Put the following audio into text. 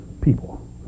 people